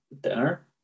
dinner